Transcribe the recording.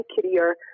career